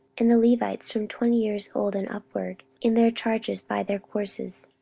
and the levites from twenty years old and upward, in their charges by their courses